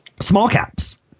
small-caps